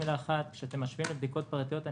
כאשר אתם משווים לחברות פרטיות שעורכות בדיקות,